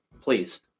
please